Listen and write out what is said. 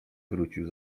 wrócił